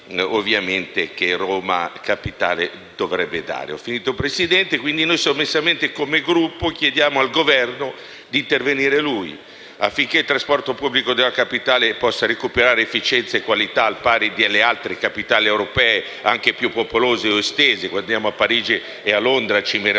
che Roma Capitale dovrebbe fornire. Sommessamente, come Gruppo, chiediamo al Governo di intervenire, affinché il trasporto pubblico della Capitale possa recuperare efficienza e qualità al pari delle altre capitali europee, anche più popolose ed estese (se guardiamo a Parigi e a Londra ci